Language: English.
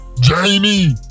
Jamie